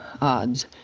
odds